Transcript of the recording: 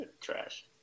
Trash